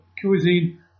cuisine